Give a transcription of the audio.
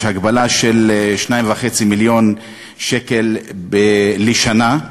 יש הגבלה של 2.5 מיליון שקל לשנה,